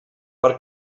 per